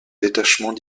détachement